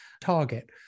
target